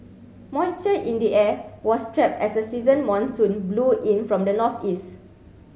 moisture in the air was trapped as a season monsoon blew in from the northeast